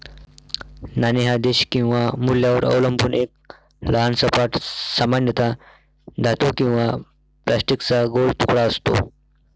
नाणे हा देश किंवा मूल्यावर अवलंबून एक लहान सपाट, सामान्यतः धातू किंवा प्लास्टिकचा गोल तुकडा असतो